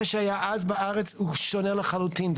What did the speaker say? מה שהיה אז בארץ הוא שונה לחלוטין.